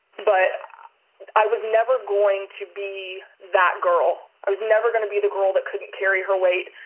but i was never going to be that girl. i was never gonna be the girl that couldn't carry her weight.